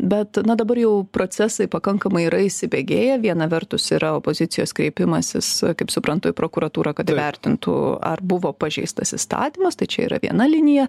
bet na dabar jau procesai pakankamai yra įsibėgėję viena vertus yra opozicijos kreipimasis kaip suprantu į prokuratūrą kad įvertintų ar buvo pažeistas įstatymas tai čia yra viena linija